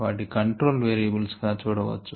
వాటిల్ని control variables గా కూడా చూడవచ్చు